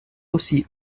aussi